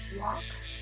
walks